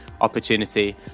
opportunity